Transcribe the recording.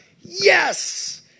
Yes